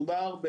מדובר,